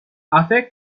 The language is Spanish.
hace